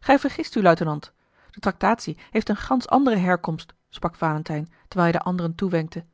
gij vergist u luitenant de tractatie heeft eene gansch andere herkomst sprak valentijn terwijl hij de andere toewenkte